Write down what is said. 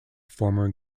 former